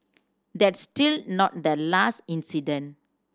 that's still not the last incident